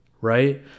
right